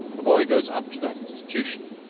a boy goes up to that institution,